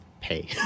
pay